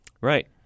Right